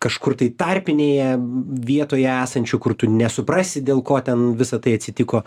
kažkur tai tarpinėje vietoje esančių kur tu nesuprasi dėl ko ten visa tai atsitiko